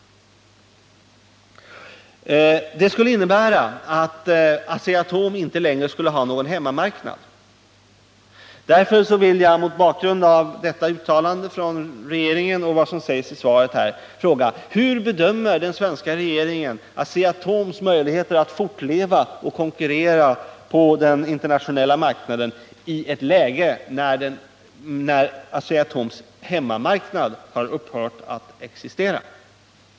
Detta skulle innebära att Asea-Atom inte längre skulle ha någon hemmamarknad. Därför vill jag mot bakgrund av detta uttalande och vad som sägs i interpellationssvaret fråga: Hur bedömer den svenska regeringen Asea-Atoms möjligheter att fortleva och konkurrera på den internationella marknaden i ett läge där Asea-Atoms hemmamarknad har upphört att existera?